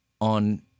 on